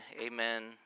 amen